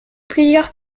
plusieurs